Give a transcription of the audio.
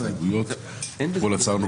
התשפ"ג 2023. אתמול עצרנו